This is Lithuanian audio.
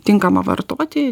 tinkama vartoti